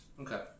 okay